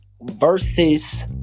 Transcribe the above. versus